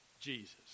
Jesus